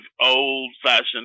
old-fashioned